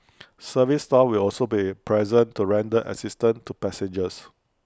service staff will also be present to render assistance to passengers